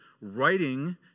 writing